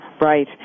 Right